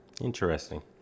interesting